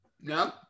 no